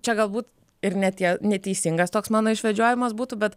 čia galbūt ir ne tie neteisingas toks mano išvedžiojimas būtų bet